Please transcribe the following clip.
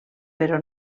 però